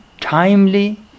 timely